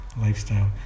lifestyle